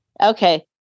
Okay